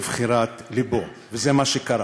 בחירת לבו, וזה מה שקרה.